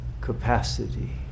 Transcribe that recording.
capacity